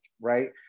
right